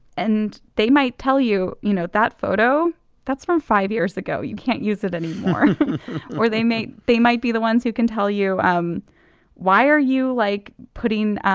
and they might tell you you know that photo that's from five years ago. you can't use it anymore or they may they might be the ones who can tell you um why are you like putting